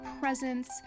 presence